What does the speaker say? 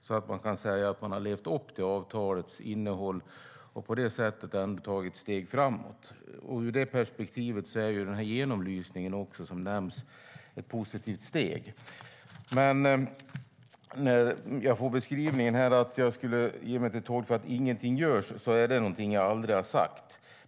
Då kan man säga att man har levt upp till avtalets innehåll, och då har man tagit ett steg framåt. Ur det perspektivet är den genomlysning som nämns ett positivt steg. När jag får beskrivningen att jag skulle göra mig till tolk för att ingenting görs är det dock något jag aldrig har sagt.